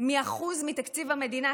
מ-1% מתקציב המדינה,